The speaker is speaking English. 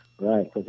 Right